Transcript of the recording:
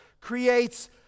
creates